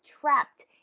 trapped